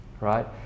right